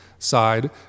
side